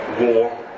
war